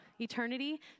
eternity